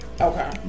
Okay